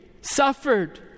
suffered